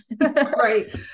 Right